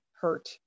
hurt